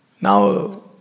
Now